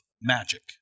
magic